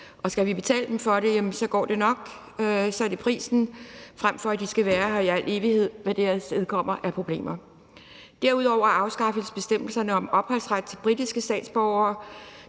Og skal vi betale dem for det, går det nok, så er det prisen, frem for at de skal være her i al evighed, med hvad det afstedkommer af problemer. Derudover afskaffes bestemmelserne om opholdsret til britiske statsborgere,